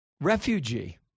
refugee